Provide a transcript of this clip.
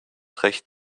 recht